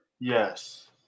Yes